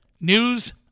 news